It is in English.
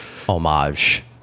Homage